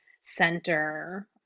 center